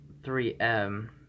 3M